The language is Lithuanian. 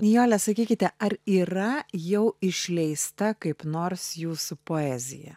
nijole sakykite ar yra jau išleista kaip nors jūsų poezija